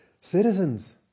citizens